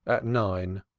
at nine.